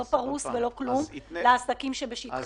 לא פרוס ולא כלום, לעסקים שבשטחן?